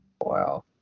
Wow